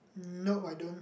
nope I don't